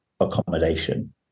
accommodation